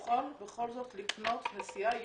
יכול בכל זאת לקנות נסיעה יומית,